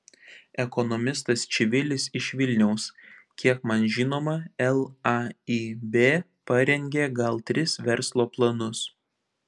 ekonomistas čivilis iš vilniaus kiek man žinoma laib parengė gal tris verslo planus